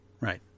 Right